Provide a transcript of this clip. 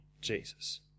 Jesus